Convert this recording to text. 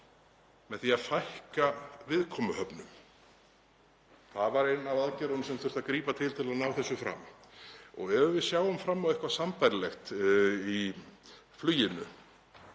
Með því að fækka viðkomuhöfnum. Það var ein af aðgerðunum sem þurfti að grípa til til að ná þessu fram. Og ef við sjáum fram á eitthvað sambærilegt í fluginu,